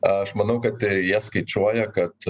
aš manau kad jie skaičiuoja kad